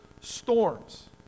storms